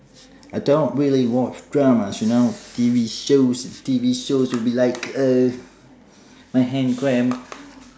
I don't really watch dramas you know T_V shows T_V shows will be like uh my hand cramp